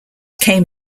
came